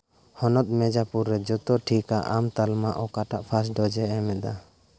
ᱦᱚᱱᱚᱛ ᱢᱤᱨᱡᱟᱯᱩᱨ ᱨᱮ ᱡᱚᱛᱚ ᱴᱤᱠᱟᱹ ᱟᱢ ᱛᱟᱞᱢᱟ ᱚᱠᱟᱴᱟᱜ ᱯᱷᱟᱥᱴ ᱰᱳᱡᱽ ᱮᱢᱫᱟ